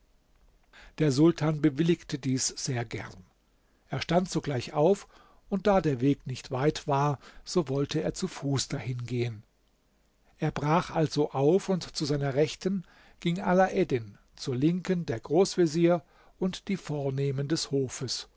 der sultan bewilligte dies sehr gern er stand sogleich auf und da der weg nicht weit war so wollte er zu fuß dahin gehen er brach also auf und zu seiner rechten ging alaeddin zur linken der großvezier und die vornehmen des hofes